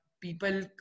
people